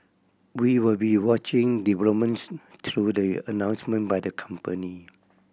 we will be watching developments through the announcement by the company